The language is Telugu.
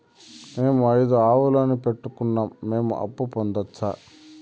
మేము ఐదు ఆవులని పెట్టుకున్నాం, మేము అప్పు పొందొచ్చా